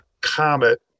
comet